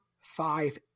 five